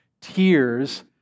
tears